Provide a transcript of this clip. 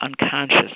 unconscious